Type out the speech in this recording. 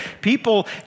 People